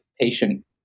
patient